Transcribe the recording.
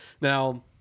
Now